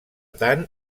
tant